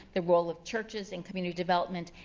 the role of churches in community development,